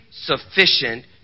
sufficient